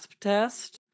test